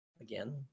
Again